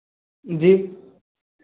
जी